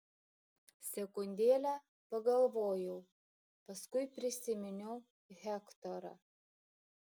sekundėlę pagalvojau paskui prisiminiau hektorą